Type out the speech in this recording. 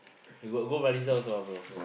you got go Baliza also ah brother